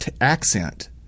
accent